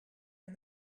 and